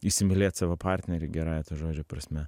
įsimylėt savo partnerį gerąja to žodžio prasme